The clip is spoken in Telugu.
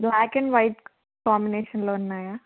బ్లాక్ అండ్ వైట్ కాంబినేషన్ లో ఉన్నాయా